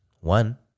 One